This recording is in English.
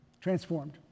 Transformed